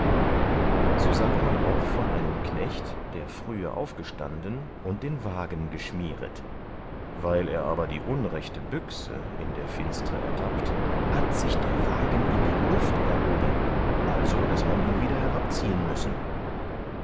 so sagt man auch von einem knecht der frühe aufgestanden und den wagen geschmieret weil er aber die unrechte büchse in der finstre ertappt hat sich der wagen in die luft erhoben also daß man ihn wieder herabziehen müssen